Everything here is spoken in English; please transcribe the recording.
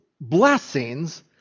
blessings